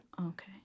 Okay